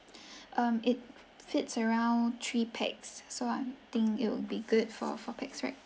um it fits around three pax so I think it'll be good for four pax right